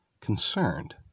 concerned